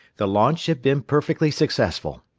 the launch had been perfectly successful,